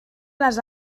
les